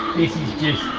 this is just